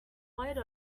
quite